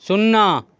शुन्ना